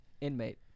Inmate